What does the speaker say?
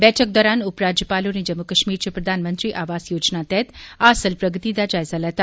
बैठक दौरान उप राज्यपाल होरें जम्मू कश्मीर च प्रधानमंत्री आवास योजना तैहत हासिल प्रगति दा जायजा लैता